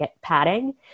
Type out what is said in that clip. padding